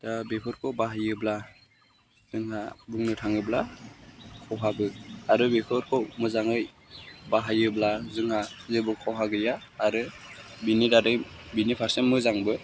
दा बेफोरखौ बाहायोब्ला जोंहा बुंनो थाङोब्ला खहाबो आरो बेफोरखौ मोजाङै बाहायोब्ला जोंहा जेबो खहा गैया आरो बेनि बादै बेनि फारसे मोजांबो